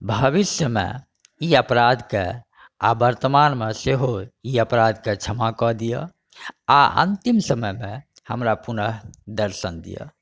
भविष्यमे ई अपराधके आ वर्तमानमे सेहो ई अपराधके क्षमा कऽ दिअ आ अन्तिम समयमे हमरा पुनः दर्शन दिअ